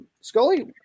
Scully